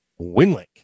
Winlink